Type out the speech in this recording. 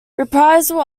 reprisal